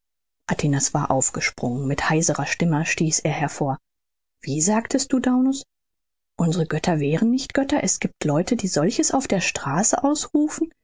war aufgesprungen mit heiserer stimme stieß er hervor wie sagtest du daunus unsere götter wären nicht götter es giebt leute die solches auf der straße ausrufen